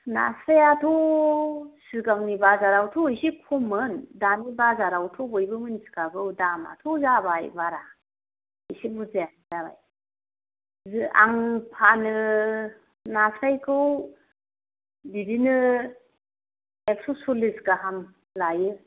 नास्रायाथ' सिगांनि बाजारावथ' एसे खममोन दानि बाजारावथ' बयबो मिनथिखागौ दामाथ' जाबाय बारा एसे बुरजायानो जाबाय आं फानो नास्रायखौ बिदिनो एकस' सल्लिस गाहाम लायो